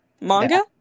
Manga